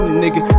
nigga